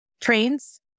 trains